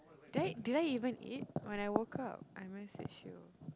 did I did I even eat when I woke up I message you